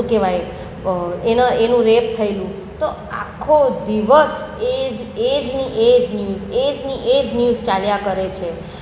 શું કહેવાય એના એનું રેપ થએલું તો આખો દિવસ એ જ એ જની એજ ન્યૂઝ એ જની એ જ ન્યૂઝ ચાલ્યા કરે છે